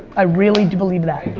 i really do believe that.